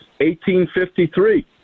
1853